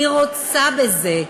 היא רוצה בזה.